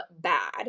bad